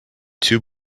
two